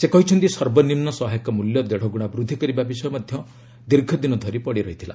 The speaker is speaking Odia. ସେ କହିଛନ୍ତି ସର୍ବନିମ୍ବ ସହାୟକ ମୂଲ୍ୟ ଦେଢ଼ଗୁଣା ବୃଦ୍ଧି କରିବା ବିଷୟ ମଧ୍ୟ ଦୀର୍ଘ ଦିନ ଧରି ପଡ଼ିରହିଥିଲା